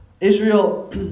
Israel